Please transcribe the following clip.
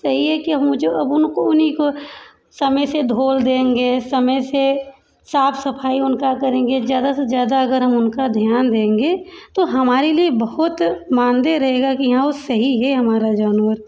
सही है कि मुझे अब उनको उन्हीं को समय से धोल देंगे समय से साफ सफाई उनका करेंगे ज़्यादा से ज़्यादा हम उनका अगर ध्यान देंगे तो हमारे लिए बहुत मानदेय रहेगा कि हाँ वो सही है हमारा जानवर